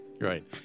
right